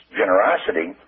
generosity